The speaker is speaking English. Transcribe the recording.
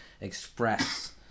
express